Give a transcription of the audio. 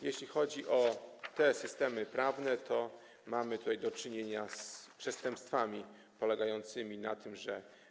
Jeśli chodzi o te systemy prawne, to mamy tutaj do czynienia z przestępstwami polegającymi na tym, że.